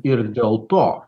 ir dėl to